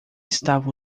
estava